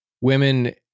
women